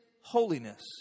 holiness